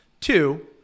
Two